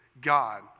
God